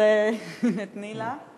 תני לה.